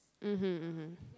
mmhmm mmhmm